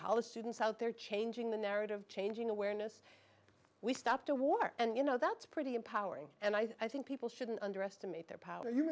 college students out there changing the narrative changing awareness we stopped a war and you know that's pretty empowering and i think people shouldn't underestimate their power